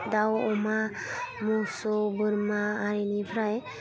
दाउ अमा मोसौ बोरमा बेनिफ्राय